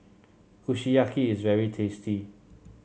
kushiyaki is very tasty